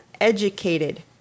educated